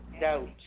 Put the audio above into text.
doubt